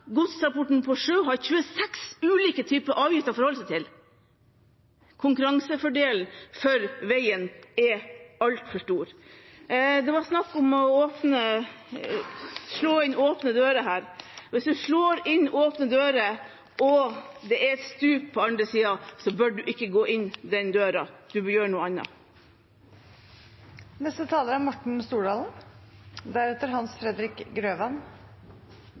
bane og sjø. Godstransporten på sjø har 26 ulike typer avgifter å forholde seg til. Konkurransefordelen for veien er altfor stor. Det var snakk om å slå inn åpne dører her. Hvis man slår inn åpne dører og det er et stup på den andre siden, bør man ikke gå inn gjennom de dørene – man bør gjøre noe